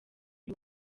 uyu